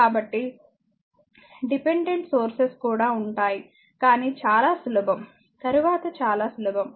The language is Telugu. కాబట్టి డిపెండెంట్ సోర్సెస్ కూడా ఉంటాయి కానీ చాలా సులభం తరువాత చాలా సులభం